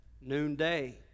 noonday